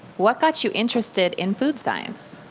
what got you interested in food science?